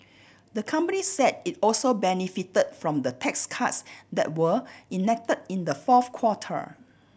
the company said it also benefit from the tax cuts that were enact in the fourth quarter